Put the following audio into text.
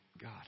God